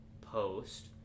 Post